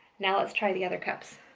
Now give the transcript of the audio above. now let's try the other cups.